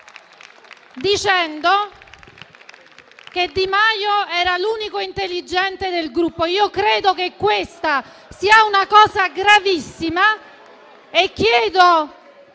dicendo che Di Maio era l'unico intelligente del Gruppo. Credo che questa sia una cosa gravissima e chiedo